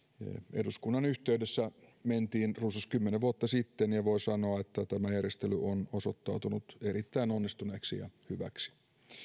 eduskunnan yhteydessä mentiin runsas kymmenen vuotta sitten ja voi sanoa että tämä järjestely on osoittautunut erittäin onnistuneeksi ja hyväksi